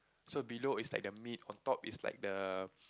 so below is like the meat on top is like the